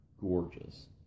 gorgeous